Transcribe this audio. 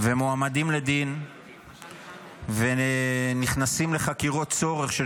ומועמדים לדין ונכנסים לחקירות צורך של